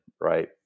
right